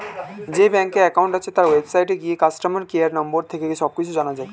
যেই ব্যাংকে অ্যাকাউন্ট আছে, তার ওয়েবসাইটে গিয়ে কাস্টমার কেয়ার নম্বর থেকে সব কিছু জানা যায়